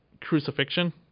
crucifixion